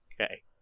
Okay